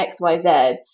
xyz